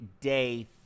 day